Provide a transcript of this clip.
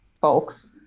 folks